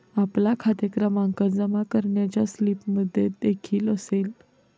आपला खाते क्रमांक जमा करण्याच्या स्लिपमध्येदेखील असेल